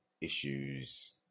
issues